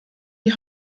die